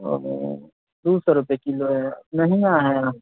ओ दू सए रुपैये किलो हय मेहङ्गा हय